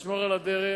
לשמור על הדרך,